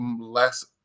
less